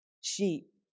sheep